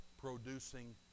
producing